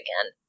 again